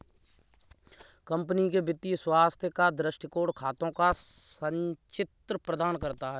company के वित्तीय स्वास्थ्य का दृष्टिकोण खातों का संचित्र प्रदान करता है